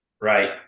Right